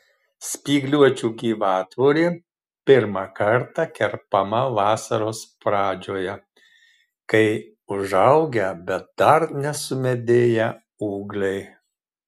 spygliuočių gyvatvorė pirmą kartą kerpama vasaros pradžioje kai užaugę bet dar nesumedėję ūgliai